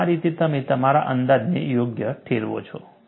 અને આ રીતે તમે તમારા અંદાજને યોગ્ય ઠેરવો છો